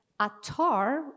Atar